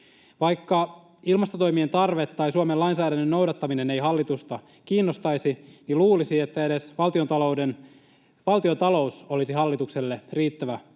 Vaikka ilmastotoimien tarve tai Suomen lainsäädännön noudattaminen ei hallitusta kiinnostaisi, niin luulisi, että edes valtiontalous olisi hallitukselle riittävä